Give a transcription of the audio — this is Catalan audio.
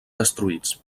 destruïts